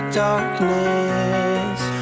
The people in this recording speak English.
darkness